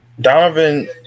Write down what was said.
Donovan